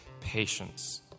patience